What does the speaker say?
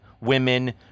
women